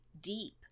deep